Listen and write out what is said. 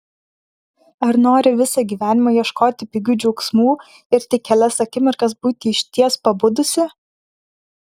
ar nori visą gyvenimą ieškoti pigių džiaugsmų ir tik kelias akimirkas būti išties pabudusi